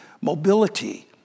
mobility